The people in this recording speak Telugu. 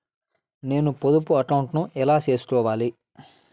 నేను పొదుపు అకౌంటు ను ఎలా సేసుకోవాలి?